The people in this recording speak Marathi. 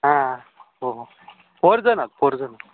हां हो फोरजण आहोत फोरजण